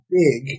big